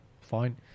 fine